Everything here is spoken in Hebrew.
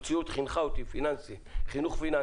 המציאות חינכה אותי חינוך פיננסי.